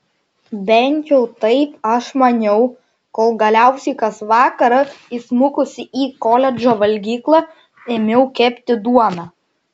bent jau taip aš maniau kol galiausiai kas vakarą įsmukusi į koledžo valgyklą ėmiau kepti duoną